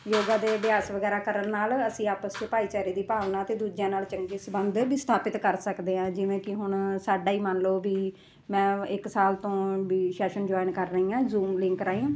ਯੋਗਾ ਦੇ ਅਭਿਆਸ ਵਗੈਰਾ ਕਰਨ ਨਾਲ ਅਸੀਂ ਆਪਸ 'ਚ ਭਾਈਚਾਰੇ ਦੀ ਭਾਵਨਾ ਅਤੇ ਦੂਜਿਆਂ ਨਾਲ ਚੰਗੇ ਸੰਬੰਧ ਵੀ ਸਥਾਪਿਤ ਕਰ ਸਕਦੇ ਹਾਂ ਜਿਵੇਂ ਕਿ ਹੁਣ ਸਾਡਾ ਹੀ ਮੰਨ ਲਓ ਵੀ ਮੈਂ ਇੱਕ ਸਾਲ ਤੋਂ ਵੀ ਸੈਸ਼ਨ ਜੁਆਇਨ ਕਰ ਰਹੀ ਹਾਂ ਜੂਮ ਲਿੰਕ ਰਾਹੀਂ